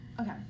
okay